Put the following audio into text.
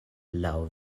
laŭ